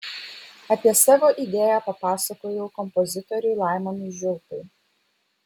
apie savo idėją papasakojau kompozitoriui laimonui žiulpai